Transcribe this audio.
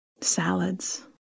Salads